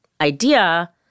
idea